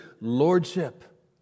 lordship